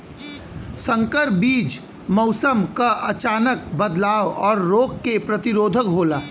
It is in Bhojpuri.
संकर बीज मौसम क अचानक बदलाव और रोग के प्रतिरोधक होला